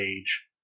page